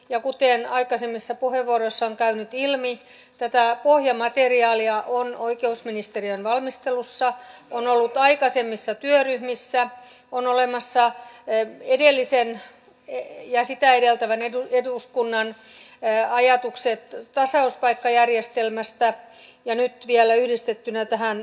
ja kuten aikaisemmissa puheenvuoroissa on käynyt ilmi tätä pohjamateriaalia on oikeusministeriön valmistelussa ja aikaisemmissa työryhmissä on olemassa edellisen ja sitä edeltävän eduskunnan ajatukset tasauspaikkajärjestelmästä ja nyt vielä yhdistettynä tähän vaalipiirijakoon